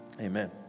Amen